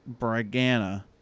Bragana